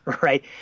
Right